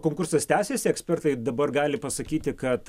konkursas tęsiasi ekspertai dabar gali pasakyti kad